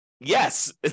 yes